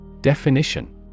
Definition